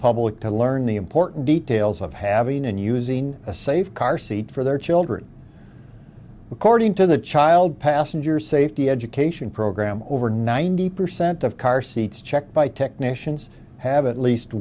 public to learn the important details of having and using a safe car seat for their children according to the child passenger safety education program over ninety percent of car seats checked by technicians have at least